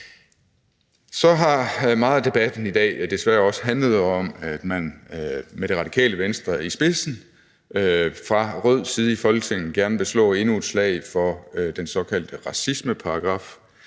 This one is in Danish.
Så har meget af debatten i dag desværre også handlet om, at man med Det Radikale Venstre i spidsen fra rød side i Folketinget gerne vil slå endnu et slag for den såkaldte racismeparagraf,